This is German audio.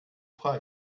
frei